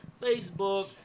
Facebook